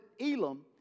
Elam